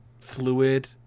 fluid